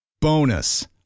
Bonus